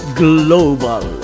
global